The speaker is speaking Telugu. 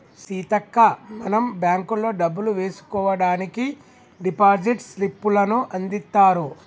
సీతక్క మనం బ్యాంకుల్లో డబ్బులు వేసుకోవడానికి డిపాజిట్ స్లిప్పులను అందిత్తారు